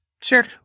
Sure